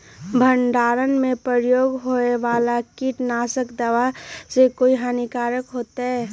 भंडारण में प्रयोग होए वाला किट नाशक दवा से कोई हानियों होतै?